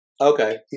okay